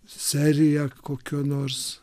serija kokio nors